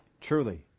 truly